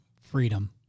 freedom